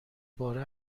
باره